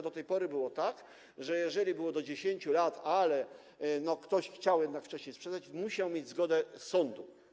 Do tej pory było tak, że jeżeli było do 10 lat, ale ktoś chciał jednak wcześniej sprzedać, musiał mieć zgodę sądu.